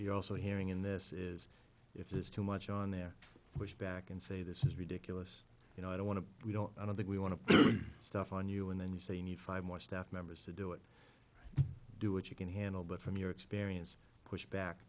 you're also hearing in this is if there's too much on there which back and say this is ridiculous you know i don't want to we don't i don't think we want to stuff on you and then you say you need five more staff members to do it do it you can handle but from your experience pushback